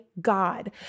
God